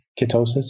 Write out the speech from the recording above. ketosis